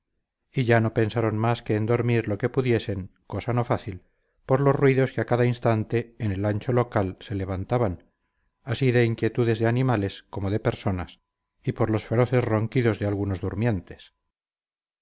y ya no pensaron más que en dormir lo que pudiesen cosa no fácil por los ruidos que a cada instante en el ancho local se levantaban así de inquietudes de animales como de personas y por los feroces ronquidos de algunos durmientes